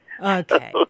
Okay